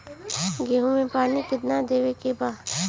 गेहूँ मे पानी कितनादेवे के बा?